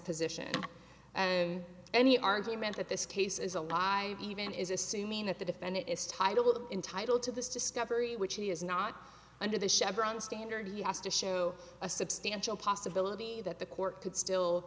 position and any argument that this case is alive even is assuming that the defendant is titled entitled to this discovery which he is not under the chevrons standard he has to show a substantial possibility that the court could still